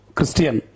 Christian